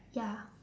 ya